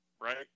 right